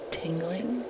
tingling